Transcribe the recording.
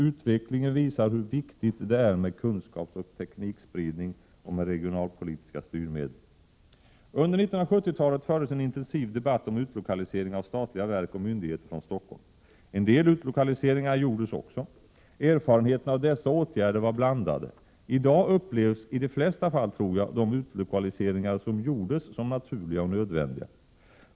Utvecklingen visar hur viktigt det är med kunskapsoch teknikspridning och med regionalpolitiska styrmedel. Under 1970-talet fördes en intensiv debatt om utlokalisering av statliga verk och myndigheter från Stockholm. En del utlokaliseringar gjordes också. Erfarenheterna av dessa åtgärder var blandade. I dag upplevsi de flesta fall de utlokaliseringar som gjordes som naturliga och nödvändiga.